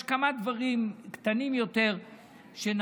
יש כמה דברים קטנים יותר שנעשו,